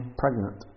pregnant